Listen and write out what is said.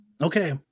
Okay